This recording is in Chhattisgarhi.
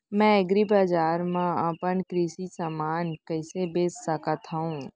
मैं एग्रीबजार मा अपन कृषि समान कइसे बेच सकत हव?